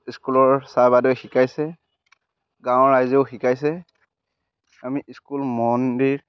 স্কুলৰ ছাৰ বাইদেৱে শিকাইছে গাঁৱৰ ৰাইজেও শিকাইছে আমি স্কুল মন্দিৰ